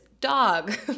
dog